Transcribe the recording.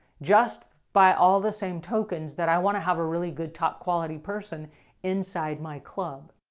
just by all the same tokens that i want to have a really good, top quality person inside my club.